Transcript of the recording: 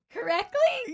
Correctly